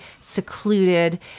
secluded